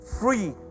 free